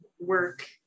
work